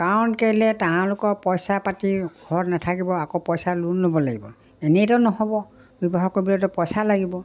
কাৰণ কেলৈ তেওঁলোকৰ পইচা পাতি ঘৰত নাথাকিব আকৌ পইচা লোণ ল'ব লাগিব এনেইতো নহ'ব ব্যৱসায় কৰিবলৈতো পইচা লাগিব